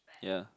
ya